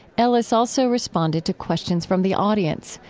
ellis also responded to questions from the audience.